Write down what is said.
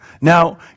Now